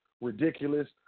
ridiculous